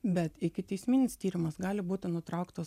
bet ikiteisminis tyrimas gali būti nutrauktas